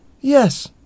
Yes